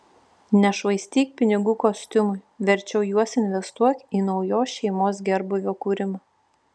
nešvaistyk pinigų kostiumui verčiau juos investuok į naujos šeimos gerbūvio kūrimą